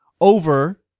over